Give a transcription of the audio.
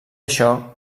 això